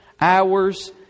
hours